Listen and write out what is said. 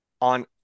on